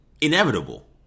inevitable